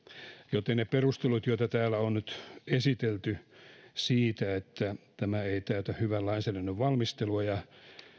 joten ne perustelut joita täällä on nyt esitelty siitä että tämä ei täytä hyvän lainsäädännön valmistelua ja